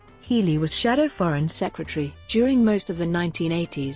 healey was shadow foreign secretary during most of the nineteen eighty s,